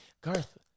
Garth